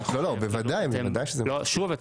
שוב,